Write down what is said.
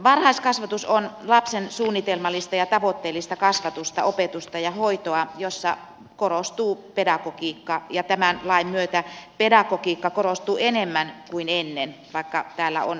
varhaiskasvatus on lapsen suunnitelmallista ja tavoitteellista kasvatusta opetusta ja hoitoa jossa korostuu pedagogiikka ja tämän lain myötä pedagogiikka korostuu enemmän kuin ennen vaikka täällä on päinvastaistakin väitetty